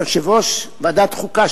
ויושב-ראש ועדת חוקה,